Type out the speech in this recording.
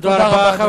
תודה רבה.